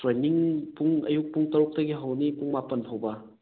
training ꯄꯨꯡ ꯑꯌꯨꯛ ꯄꯨꯡ ꯇꯔꯨꯛꯇꯒꯤ ꯍꯧꯅꯤ ꯄꯨꯡ ꯃꯄꯥꯟ ꯐꯥꯎꯕ